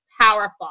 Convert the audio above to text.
powerful